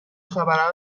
خبر